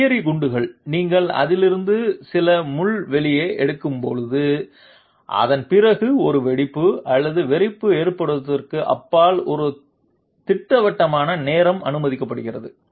கையெறி குண்டுகள் நீங்கள் அதிலிருந்து சில முள் வெளியே எடுக்கும்போது அதன் பிறகு ஒரு வெடிப்பு அல்லது வெடிப்பு ஏற்படுவதற்கு அப்பால் ஒரு திட்டவட்டமான நேரம் அனுமதிக்கப்படுகிறது